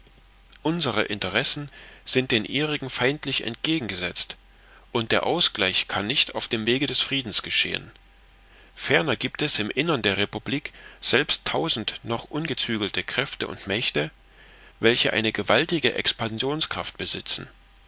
unsere interessen sind den ihrigen feindlich entgegengesetzt und der ausgleich kann nicht auf dem wege des friedens geschehen ferner gibt es im innern der republik selbst tausend noch ungezügelte kräfte und mächte welche eine gewaltige expansionskraft besitzen